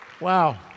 Wow